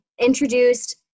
introduced